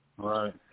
Right